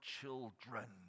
children